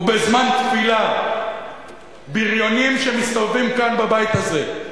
ובזמן תפילה בריונים שמסתובבים כאן, בבית הזה,